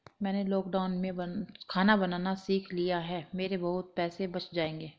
मैंने लॉकडाउन में खाना बनाना सीख लिया है, मेरे बहुत पैसे बच जाएंगे